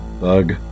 Bug